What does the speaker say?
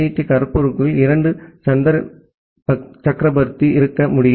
D கரக்பூருக்குள் இரண்டு சந்தீப் சக்ரபர்த்தி இருக்க முடியும்